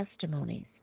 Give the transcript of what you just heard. Testimonies